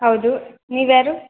ಹೌದು ನೀವು ಯಾರು